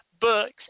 books